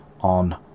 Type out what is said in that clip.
on